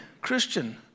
Christian